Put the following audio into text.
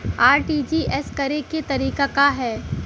RTGS करे के तरीका का हैं?